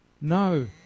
No